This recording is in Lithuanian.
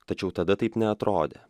tačiau tada taip neatrodė